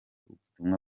ubutumwa